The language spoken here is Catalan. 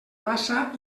massa